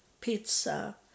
pizza